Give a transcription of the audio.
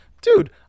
dude